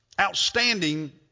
outstanding